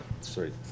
Sorry